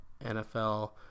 NFL